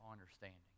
understanding